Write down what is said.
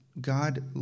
God